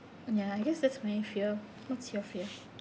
ya I guess that's my fear what's your fear